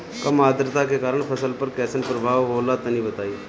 कम आद्रता के कारण फसल पर कैसन प्रभाव होला तनी बताई?